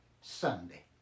Sunday